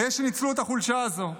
ויש מי שניצלו את החולשה הזו.